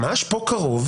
ממש פה קרוב,